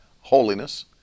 Holiness